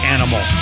Animal